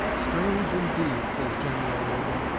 strange indeed, says general logan,